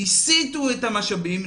הסיטו את המשאבים,